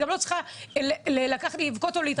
את גם לא צריכה לבכות או להתרגש.